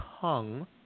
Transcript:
tongue